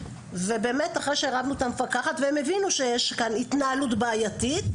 ובאמת אחרי שערבנו את המפקחת והם הבינו שיש כאן התנהלות בעייתית,